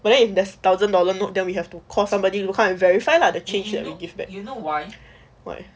but then if the thousand dollar note then we have to call somebody to come and verify lah the change that we give back